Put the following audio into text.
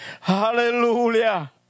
Hallelujah